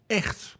echt